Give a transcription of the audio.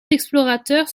explorateurs